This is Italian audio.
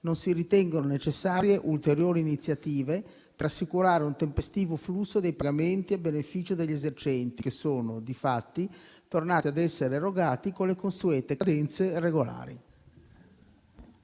non si ritengono necessarie ulteriori iniziative per assicurare un tempestivo flusso dei pagamenti a beneficio degli esercenti che sono, infatti, tornati ad essere erogati con le consuete cadenze regolari.